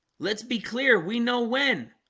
let's be clear we know when